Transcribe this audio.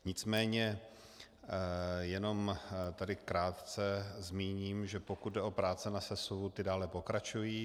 Nicméně jenom tady krátce zmíním, že pokud jde o práce na sesuvu, ty dále pokračují.